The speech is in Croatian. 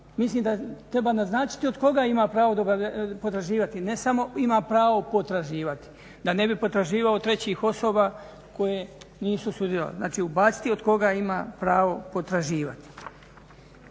Mislim da treba naznačiti od koga ima pravo potraživati, ne samo ima pravo potraživati, da ne bi potraživao od trećih osoba koje nisu sudjelovale, dakle ubaciti od koga ima pravo potraživati.